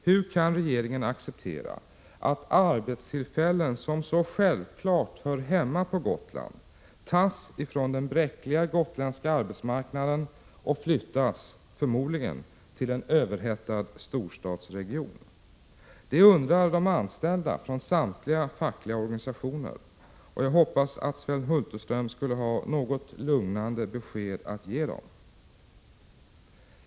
Hur kan regeringen acceptera att arbetstillfällen, som så självklart hör hemma på Gotland, tas ifrån den bräckliga gotländska arbetsmarknaden och förmodligen flyttas till en överhettad storstadsregion? Det undrar de anställda, oavsett vilken facklig organisation de tillhör. Jag hoppas att Sven Hulterström har något lugnande besked att ge dem.